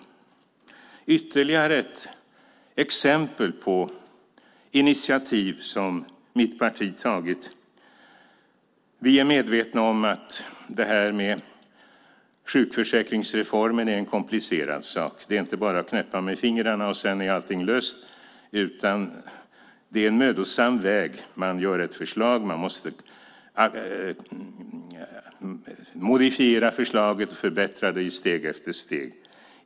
Det är ytterligare ett exempel på initiativ som mitt parti har tagit. Vi är medvetna om att det här med sjukförsäkringsreformen är en komplicerad sak. Det är inte bara att knäppa med fingrarna, och sedan är allting löst, utan det är en mödosam väg. Man gör ett förslag. Man måste modifiera förslaget och förbättra det i steg efter steg.